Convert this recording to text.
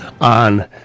on